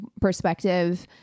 perspective